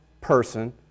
person